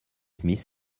smith